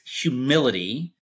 humility